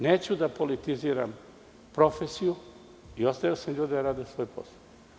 Neću da politiziram profesiju i ostavio sam ljude da rade svoj posao.